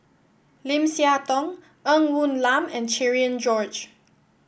Lim Siah Tong Ng Woon Lam and Cherian George